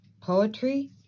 poetry